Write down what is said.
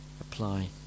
apply